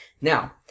Now